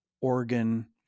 organ